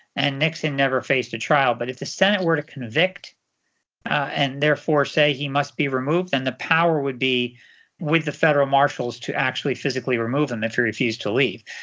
and nixon never faced a trial. but if the senate were to convict and therefore say he must be removed, then the power would be with the federal marshals to actually physically remove him if he refused to leave.